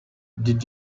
did